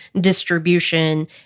distribution